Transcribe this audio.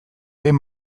diren